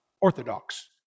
orthodox